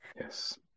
yes